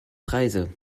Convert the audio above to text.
preise